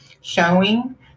showing